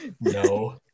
No